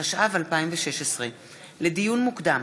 התשע"ו 2016. לדיון מוקדם: